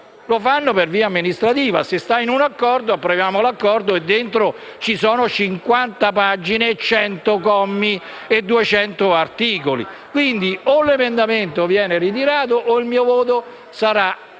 Si fa per via amministrativa. Se è parte di un accordo, approviamo l'accordo al cui interno ci sono 50 pagine, 100 commi e 200 articoli. Quindi o l'emendamento verrà ritirato o il mio voto sarà contrario.